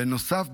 בנוסף,